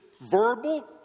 verbal